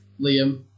Liam